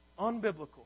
unbiblical